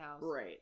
Right